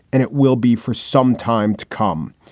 and it will be for some time to come.